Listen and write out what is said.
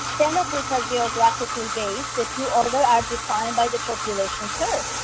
ten of which are geographically based. the two order are defined by the populations served.